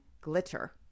glitter